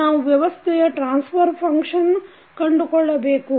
ನಾವು ವ್ಯವಸ್ಥೆಯ transfer function ಕಂಡುಕೊಳ್ಳಬೇಕು